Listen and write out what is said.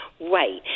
Right